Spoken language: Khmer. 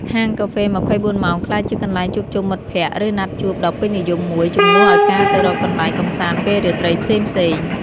ហាងកាហ្វេ ២៤ ម៉ោងក្លាយជា កន្លែងជួបជុំមិត្តភ័ក្តិ ឬណាត់ជួបដ៏ពេញនិយមមួយ ជំនួសឲ្យការទៅរកកន្លែងកម្សាន្តពេលរាត្រីផ្សេងៗ។